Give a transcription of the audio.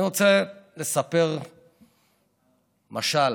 אני רוצה לספר משל.